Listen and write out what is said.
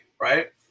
right